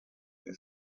wir